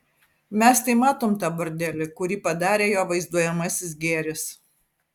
mes tai matom tą bordelį kurį padarė jo vaizduojamasis gėris